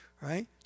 right